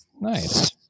Nice